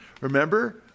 Remember